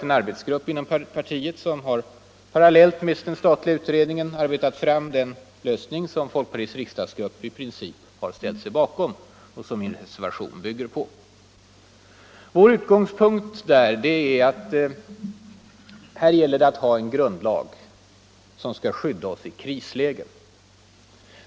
En arbetsgrupp inom partiet har, parallellt med den statliga utredningen, arbetat fram den lösning som folkpartiets riksdagsgrupp i princip har ställt sig bakom och som min reservation bygger på. Vår utgångspunkt är ätt det här gäller att ha en grundlag som skall skydda oss i krislägen.